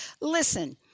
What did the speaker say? Listen